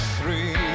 three